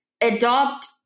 adopt